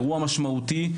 אירוע משמעותי,